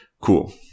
cool